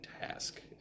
task